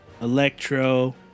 Electro